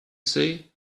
say